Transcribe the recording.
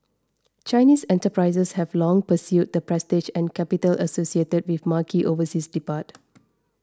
Chinese enterprises have long pursued the prestige and capital associated with marquee overseas depart